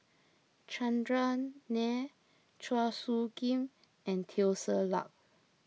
Chandran Nair Chua Soo Khim and Teo Ser Luck